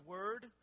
Word